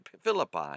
Philippi